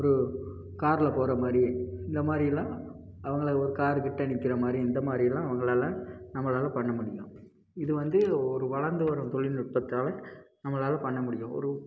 ஒரு காரில் போகிற மாதிரி இந்த மாதிரிலாம் அவங்களை ஒரு கார் கிட்டே நிக்கிற மாதிரி இந்த மாதிரிலாம் உங்களால் நம்மளால் பண்ண முடியும் இது வந்து ஒரு வளர்ந்து வரும் தொழில்நுட்பத்தால நம்மளால் பண்ண முடியும் ஒரு